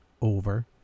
over